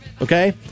Okay